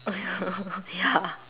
ya